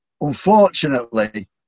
unfortunately